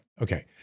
okay